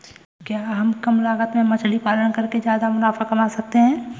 क्या कम लागत में मछली का पालन करके ज्यादा मुनाफा कमा सकते हैं?